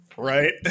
Right